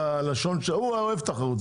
חבר הכנסת אילוז אוהב תחרות,